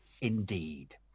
indeed